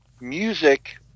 music